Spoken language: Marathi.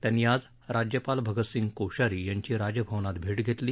त्यांनी आज राज्यपाल भगतसिंग कोश्यारी यांची राजभवनात भेट घेतली